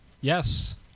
Yes